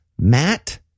Matt